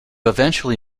eventually